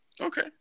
Okay